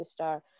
superstar